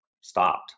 stopped